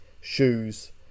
shoes